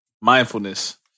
Mindfulness